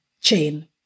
chain